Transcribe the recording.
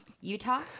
Utah